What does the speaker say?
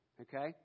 Okay